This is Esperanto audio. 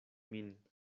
min